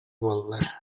буоллар